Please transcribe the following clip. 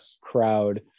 crowd